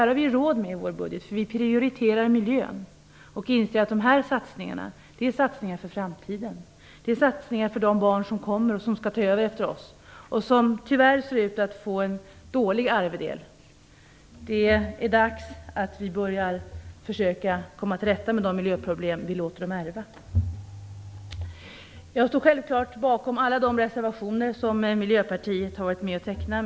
Det har vi råd med i vår budget, för vi prioriterar miljön och inser att de här satsningarna är satsningar för framtiden. Det är satsningar för de barn som kommer och som skall ta över efter oss. Tyvärr ser de ut att få en dålig arvedel. Det är dags att försöka komma till rätta med de miljöproblem som vi låter barnen ärva. Självklart står jag bakom alla reservationer som Miljöpartiet har varit med om att underteckna.